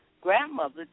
grandmother